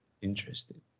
interesting